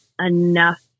enough